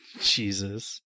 Jesus